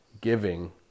giving